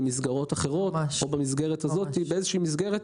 במסגרת הזאת או במסגרות אחרות,